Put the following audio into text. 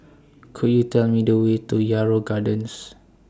Could YOU Tell Me The Way to Yarrow Gardens